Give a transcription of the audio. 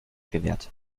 gewährt